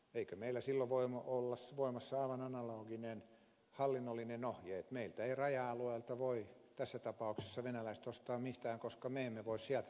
eikö meillä silloin voi olla voimassa aivan analoginen hallinnollinen ohje että meiltä ei raja alueelta voi tässä tapauksessa venäläiset ostaa mitään koska me emme voi sieltä raja alueelta ostaa mitään